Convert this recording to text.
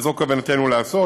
וזאת כוונתנו לעשות.